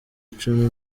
icumi